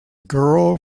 girl